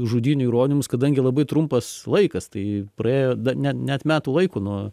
žudynių įrodymus kadangi labai trumpas laikas tai praėjo ne net metų laiko nuo